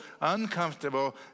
uncomfortable